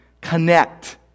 connect